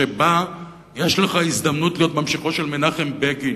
שבה יש לך הזדמנות להיות ממשיכו של מנחם בגין,